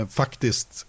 faktiskt